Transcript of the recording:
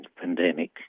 pandemic